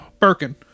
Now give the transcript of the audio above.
Birkin